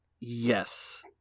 Yes